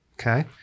Okay